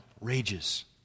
rages